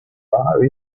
bar